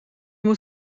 moet